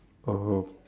oh